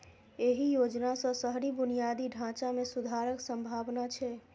एहि योजना सं शहरी बुनियादी ढांचा मे सुधारक संभावना छै